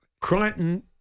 Crichton